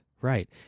right